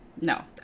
no